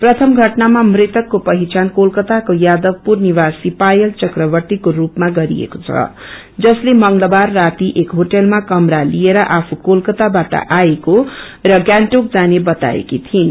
प्रथम घटनामा मृतकको पहिचान कोलकताको यादवपुर निवासी पायल चढवर्तीको रूपमा गरिएको छ जसले मंगलबार राती एक होटलमा कमरा लिएर आफू कोलकत्ताबाट आएको र गंगटोक जाने बताएको थिइनु